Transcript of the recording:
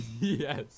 Yes